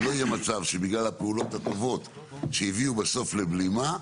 שלא יהיה מצב שבגלל הפעולות הטובות שהביאו בסוף לבלימה,